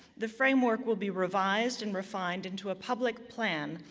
the framework will be revised and refined into a public plan,